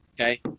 Okay